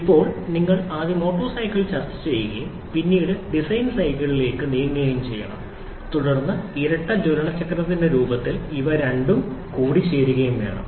അതിനാൽ ഇപ്പോൾ നിങ്ങൾ ആദ്യം ഓട്ടോ സൈക്കിൾ ചർച്ചചെയ്യുകയും പിന്നീട് ഡിസൈൻ സൈക്കിളിലേക്ക് നീങ്ങുകയും തുടർന്ന് ഇരട്ട ജ്വലന ചക്രത്തിന്റെ രൂപത്തിൽ ഇവ രണ്ടും കൂടിച്ചേരുകയും വേണം